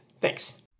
Thanks